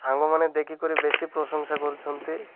ସାଙ୍ଗମାନେ ଦେଖିିକରି ବେଶୀ ପ୍ରଶଂସା କରୁଛନ୍ତି